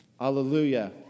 Hallelujah